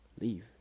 leave